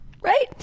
Right